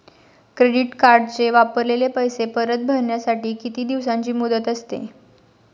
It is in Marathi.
क्रेडिट कार्डचे वापरलेले पैसे परत भरण्यासाठी किती दिवसांची मुदत असते?